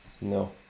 No